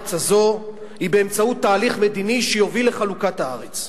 הארץ הזו היא באמצעות תהליך מדיני שיוביל לחלוקת הארץ,